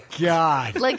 God